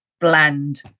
bland